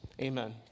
amen